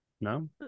No